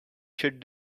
should